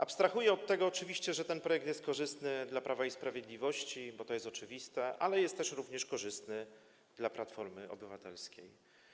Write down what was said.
Abstrahuję od tego, że ten projekt jest korzystny dla Prawa i Sprawiedliwości, bo to jest oczywiste, ale jest również korzystny dla Platformy Obywatelskiej.